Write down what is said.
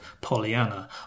Pollyanna